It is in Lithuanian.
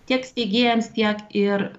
tiek steigėjams tiek ir